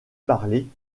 parlée